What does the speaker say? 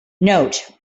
note